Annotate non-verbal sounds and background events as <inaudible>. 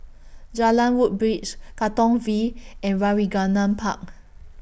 Jalan Woodbridge Katong V and <unintelligible> Park